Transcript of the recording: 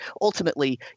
ultimately